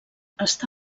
està